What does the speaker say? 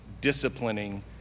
disciplining